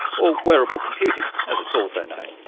or wearable computing as it's also known.